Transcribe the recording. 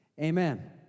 Amen